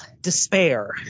despair